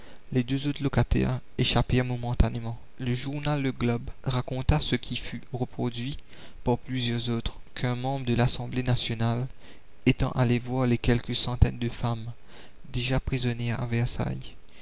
les deux autres locataires échappèrent momentanément le journal le globe raconta ce qui fut reproduit par plusieurs autres qu'un membre de l'assemblée nationale étant allé voir les quelques centaines de femmes déjà prisonnières à versailles